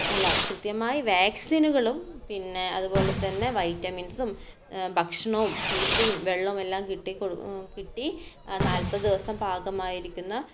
അല്ല കൃത്യമായി വാക്സിനുകളും പിന്നെ അതുപോലെ തന്നെ വൈറ്റമിൻസും ഭക്ഷണവും തീറ്റയും വെള്ളവും എല്ലാം കിട്ടി കൊ കിട്ടി നാല്പത് ദിവസം പാകമായിരിക്കുന്ന